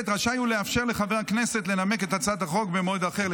"רשאי הוא לאפשר לחבר הכנסת לנמק את הצעת החוק במועד אחר".